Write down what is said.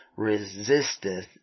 resisteth